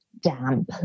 damp